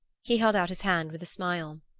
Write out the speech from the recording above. he held out his hand with a smile.